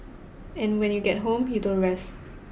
and when you get home you don't rest